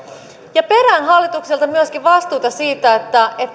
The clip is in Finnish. ja perään hallitukselta myöskin vastuuta siitä